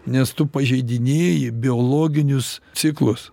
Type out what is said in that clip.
nes tu pažeidinėji biologinius ciklus